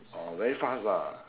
oh very fast lah